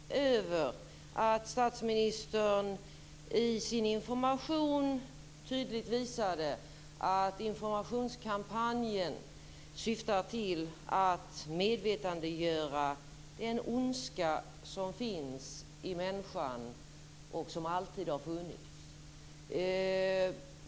Fru talman! Jag vill börja med att uttrycka min uppskattning över att statsministern i sin information tydligt visade att informationskampanjen syftar till att medvetandegöra den ondska som finns och alltid har funnits i människan.